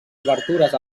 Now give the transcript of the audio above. obertures